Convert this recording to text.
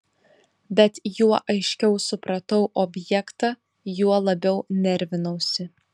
bet juo aiškiau supratau objektą juo labiau nervinausi